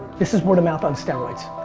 this is word of mouth on steroids.